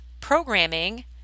programming